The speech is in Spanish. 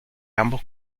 ambos